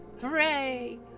Hooray